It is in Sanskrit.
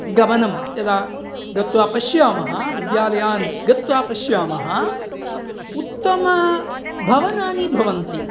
गमनं यदा गत्वा पश्यामः विद्यालयान् गत्वा पश्यामः उत्तमभवनानि भवन्ति